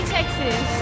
Texas